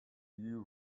you